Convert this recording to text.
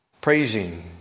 praising